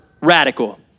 radical